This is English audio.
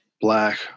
Black